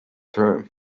term